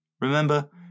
Remember